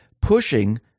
pushing